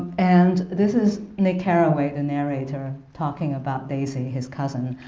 and this is nick carraway, the narrator, talking about daisy, his cousin.